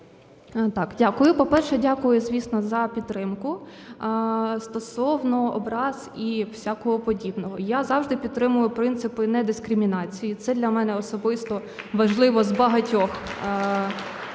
Я.В. Дякую. По-перше, дякую, звісно за підтримку. Стосовно образ і всякого подібного. Я завжди підтримую принципи недискримінації, це для мене особисто важливо з багатьох